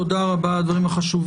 תודה רבה על הדברים החשובים.